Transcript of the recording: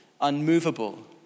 unmovable